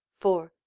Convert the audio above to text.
four,